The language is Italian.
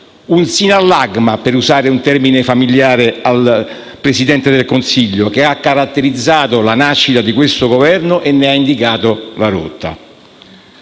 un sinallagma - per usare termine familiare al Presidente del Consiglio - che ha caratterizzato la nascita di questo Governo e ne ha indicato la rotta.